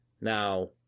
Now